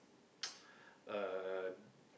uh